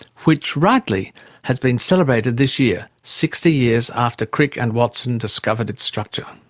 which rightly has been celebrated this year, sixty years after crick and watson discovered its structure.